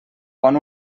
pon